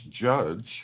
judge